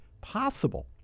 possible